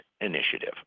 initiative